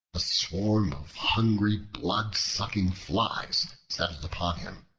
a swarm of hungry blood-sucking flies settled upon him.